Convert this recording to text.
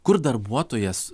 kur darbuotojas